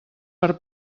per